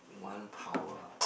one power